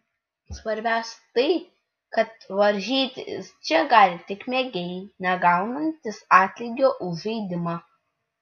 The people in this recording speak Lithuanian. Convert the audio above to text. svarbiausia tai kad varžytis čia gali tik mėgėjai negaunantys atlygio už žaidimą